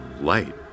light